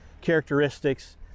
characteristics